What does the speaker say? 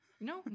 No